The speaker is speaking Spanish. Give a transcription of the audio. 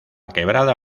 quebrada